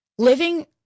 Living